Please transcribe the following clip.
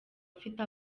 afite